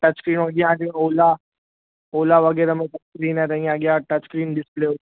touch screen ऐं अॻियां अचे ओला ओला वग़ैरह में टच स्क्रीन आहे त ईअं अॻियां टच स्क्रीन डिसप्ले